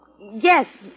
yes